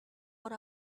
what